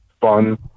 fun